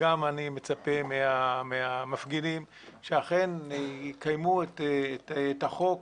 וגם אני מצפה מהמפגינים שאכן יקיימו את החוק